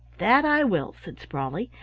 that i will, said sprawley,